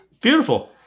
Beautiful